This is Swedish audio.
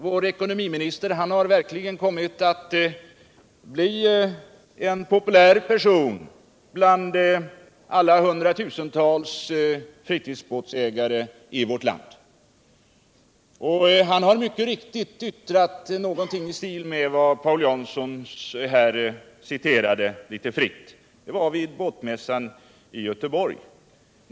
Vår ekonomiminister har verkligen kommit att bli en populär person bland alla hundratusentals fritidsbatsägare i vårt land. Han har mycket riktigt yttrat någonting i stil med vad Paul Jansson litet fritt citerade. Det var vid båtmässan i Göteborg.